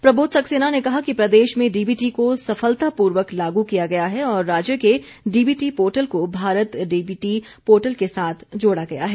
प्रबोध सक्सेना ने कहा कि प्रदेश में डीबीटी को सफलतापूर्वक लागू किया गया है और राज्य के डीबीटी पोर्टल को भारत डीबीटी पोर्टल के साथ जोड़ा गया है